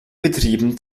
betrieben